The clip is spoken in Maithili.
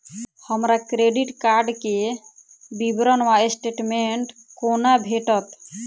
हमरा क्रेडिट कार्ड केँ विवरण वा स्टेटमेंट कोना भेटत?